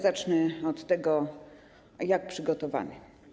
Zacznę od tego, jak był przygotowany.